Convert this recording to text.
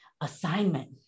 Assignment